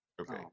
okay